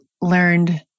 learned